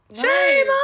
shame